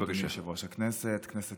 אדוני יושב-ראש הכנסת, כנסת